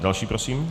Další prosím.